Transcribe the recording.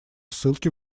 ссылки